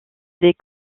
des